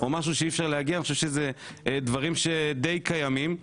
אני חושב שאלה דברים שדי קיימים.